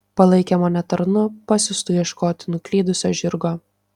palaikė mane tarnu pasiųstu ieškoti nuklydusio žirgo